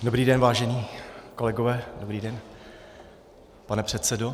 Dobrý den, vážení kolegové, dobrý den, pane předsedo.